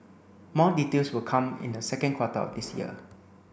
more details will come in the second quarter of this year